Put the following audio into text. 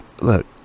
Look